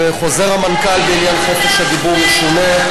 וחוזר המנכ"ל בעניין חופש הדיבור ישונה.